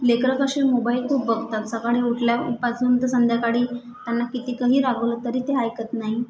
लेकरं कसे मोबाईल खूप बघतात सकाळी उठल्यापासून तर संध्याकाळी त्यांना कितीही रागवलं तरी ते ऐकत नाही